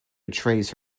betrays